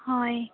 হয়